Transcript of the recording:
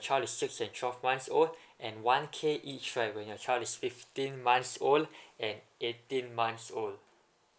child is six and twelve months old and one K each right when your child is fifteen months old and eighteen months old